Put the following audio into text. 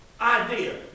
idea